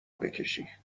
بکشی